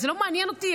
זה לא מעניין אותי.